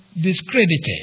discredited